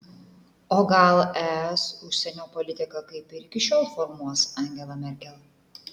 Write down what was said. o gal es užsienio politiką kaip ir iki šiol formuos angela merkel